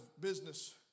business